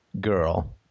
girl